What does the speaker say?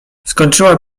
skończyła